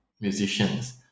musicians